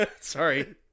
sorry